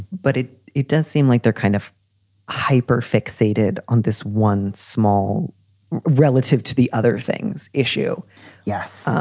but it it does seem like they're kind of hyper fixated on this one. small relative to the other things issue yes.